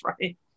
right